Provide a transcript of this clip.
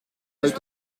uit